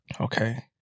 Okay